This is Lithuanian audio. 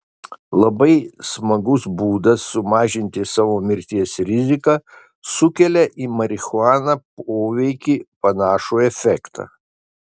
labai smagus būdas sumažinti savo mirties riziką sukelia į marihuaną poveikį panašų efektą